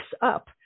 up